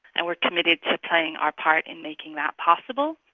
and we're committed to playing our part in making that possible.